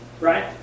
right